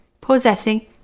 possessing